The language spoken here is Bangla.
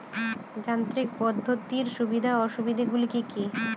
অযান্ত্রিক পদ্ধতির সুবিধা ও অসুবিধা গুলি কি কি?